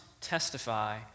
testify